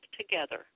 together